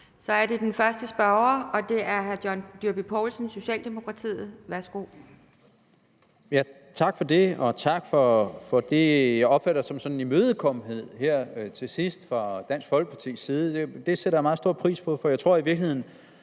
Så er det den første spørger, og det er hr. John Dyrby Paulsen, Socialdemokratiet, værsgo. Kl. 11:08 John Dyrby Paulsen (S): Tak for det, som jeg opfatter som en imødekommenhed her til sidst fra Dansk Folkepartis side. Det sætter jeg meget stor pris på, for jeg tror i virkeligheden,